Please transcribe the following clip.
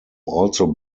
also